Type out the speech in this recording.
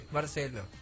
Marcelo